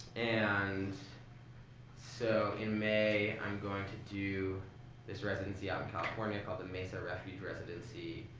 and so in may i'm going to do this residency out in california called the mesa refuge residency,